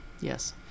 Yes